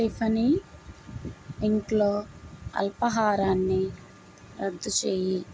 Tiffany ఇంట్లో అల్పాహారాన్ని రద్దు చేయి